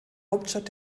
hauptstadt